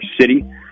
city